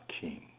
king